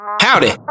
Howdy